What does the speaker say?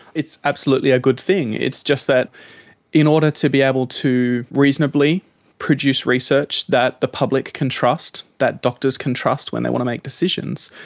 it's absolutely a good thing, it's just that in order to be able to reasonably produce research that the public can trust, that doctors can trust when they want to make decisions,